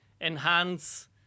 enhance